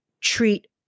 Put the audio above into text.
treat